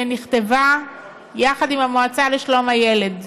שנכתבה יחד עם המועצה לשלום הילד.